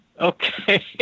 Okay